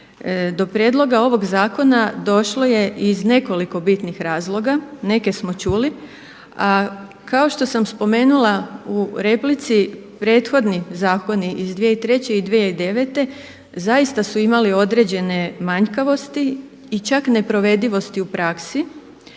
Do prijedloga ovog zakona došlo je iz nekoliko bitnih razloga, neke smo čuli, a kao što sam spomenula u replici, prethodni zakoni iz 2003. i 2009. zaista su imali određene manjkavosti i čak i neprovedivosti u praksi